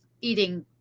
eating